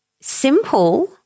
simple